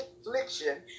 affliction